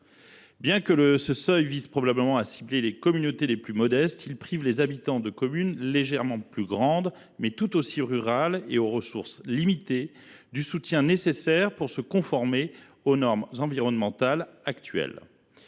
Bien que ce seuil vise probablement à cibler les communautés les plus modestes, il prive les habitants de communes légèrement plus grandes, mais tout aussi rurales et aux ressources limitées, du soutien nécessaire pour se conformer aux normes environnementales actuelles.